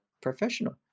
professional